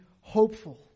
hopeful